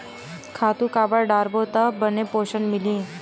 खातु काबर डारबो त बने पोषण मिलही?